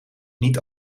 niet